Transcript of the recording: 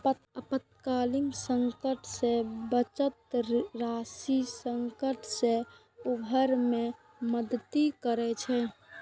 आपातकालीन संकट मे बचत राशि संकट सं उबरै मे मदति करै छै